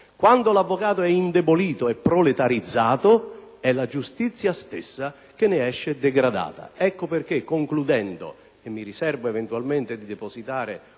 quando l'avvocato è indebolito e proletarizzato, è la giustizia stessa che ne esce degradata. Ecco perché, concludendo - mi riservo eventualmente di depositare